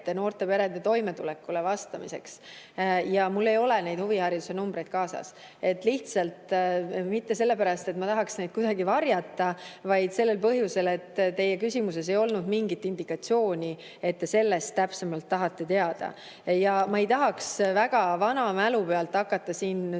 noorte perede toimetuleku teemal. Mul ei ole neid huvihariduse numbreid kaasas. Mitte sellepärast, et ma tahaks neid kuidagi varjata, vaid sellel põhjusel, et teie küsimuses ei olnud mingit indikatsiooni, et te sellest täpsemalt teada tahate. Ma ei tahaks vana mälu pealt hakata siin tulistama,